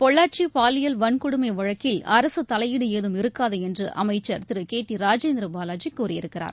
பொள்ளாச்சி பாலியல் வள்கொடுமை வழக்கில் அரசு தலையீடு ஏதும் இருக்காது என்று அமைச்சர் திரு கே டி ராஜேந்திர பாலாஜி கூறியிருக்கிறார்